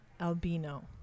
Albino